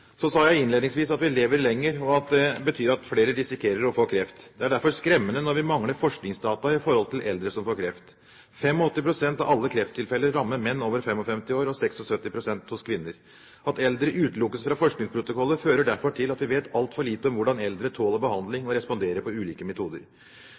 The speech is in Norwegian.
Så sa jeg innledningsvis at vi lever lenger, og at det betyr at flere risikerer å få kreft. Det er derfor skremmende når vi mangler forskningsdata om eldre som får kreft. 85 pst. av alle krefttilfeller rammer menn over 55 år og 76 pst. hos kvinner. At eldre utelukkes fra forskningsprotokoller, fører til at vi vet altfor lite om hvordan eldre tåler behandling